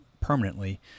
permanently